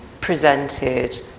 presented